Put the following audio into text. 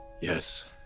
Yes